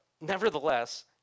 Nevertheless